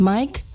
Mike